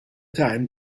time